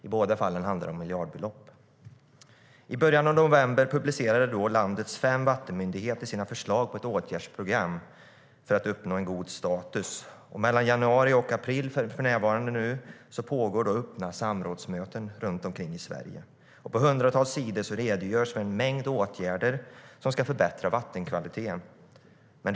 I båda fallen handlar det om miljardbelopp.I början av november publicerade landets fem vattenmyndigheter sina förslag till ett åtgärdsprogram för att uppnå en god status. Mellan januari och april pågår nu öppna samrådsmöten runt omkring i Sverige.På hundratals sidor redogörs för en mängd åtgärder som ska förbättra vattenkvaliteten.